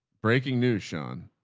breaking news. sean